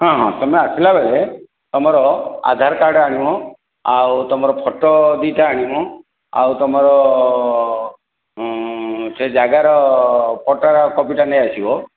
ହଁ ହଁ ତୁମେ ଆସିଲା ବେଳେ ତୁମର ଆଧାର କାର୍ଡ୍ ଆଣିବ ଆଉ ତୁମର ଫୋଟୋ ଦୁଇଟା ଆଣିବ ଆଉ ତୁମର ସେ ଜାଗାର ପଟା କପିଟା ନେଇଆସିବ